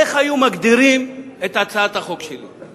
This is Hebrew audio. איך היו מגדירים את הצעת החוק שלי?